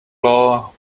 law